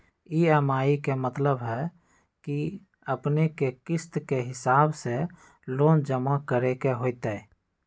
EMI के मतलब है कि अपने के किस्त के हिसाब से लोन जमा करे के होतेई?